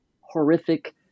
horrific